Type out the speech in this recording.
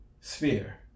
Sphere